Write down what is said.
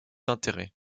d’intérêt